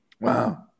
Wow